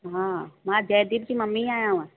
हा मां जयदीप जी मम्मी आयांव